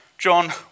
John